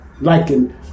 liking